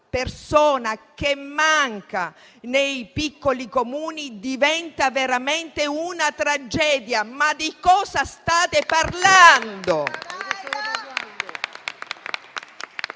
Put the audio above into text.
manca nei piccoli Comuni, diventa veramente una tragedia. Ma di che cosa state parlando?